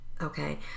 okay